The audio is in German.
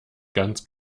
ganz